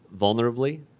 vulnerably